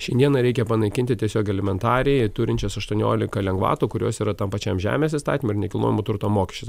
šiandieną reikia panaikinti tiesiog elementariai turinčias aštuoniolika lengvatų kurios yra tam pačiam žemės įstatymo ir nekilnojamo turto mokesčio